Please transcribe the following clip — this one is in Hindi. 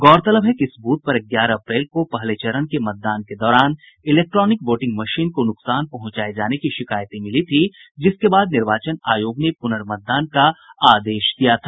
गौरतलब है कि इस ब्रथ पर ग्यारह अप्रैल को पहले चरण के मतदान के दौरान इलेक्ट्रोनिक वोटिंग मशीन को नुकसान पहुंचाये जाने की शिकायतें मिली थी जिसके बाद निर्वाचन आयोग ने पुनर्मतदान का आदेश दिया था